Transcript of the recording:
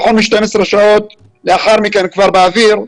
פחות מ-12 שעות לאחר החקיקה, באוויר.